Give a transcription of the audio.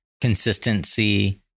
consistency